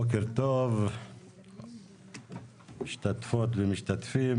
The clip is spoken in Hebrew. בוקר טוב למשתתפות ולמשתתפים.